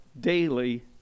daily